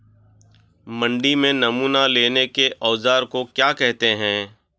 मंडी में नमूना लेने के औज़ार को क्या कहते हैं?